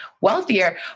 wealthier